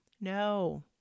No